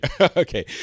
Okay